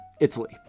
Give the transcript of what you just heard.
italy